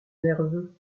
nerveux